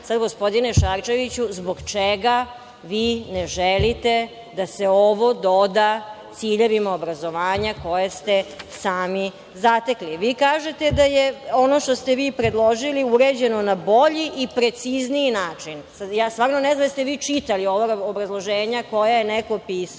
školovanja. Gospodine Šarčeviću, zbog čega vi ne želite da se ovo doda ciljevima obrazovanja koje ste sami zatekli? Vi kažete da je ono što ste vi predložili uređeno na bolji i precizniji način. Ja stvarno ne znam jeste li vi čitali ova obrazloženja koja je neko pisao,